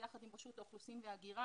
ביחד עם רשות האוכלוסין וההגירה,